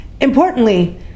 Importantly